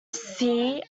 see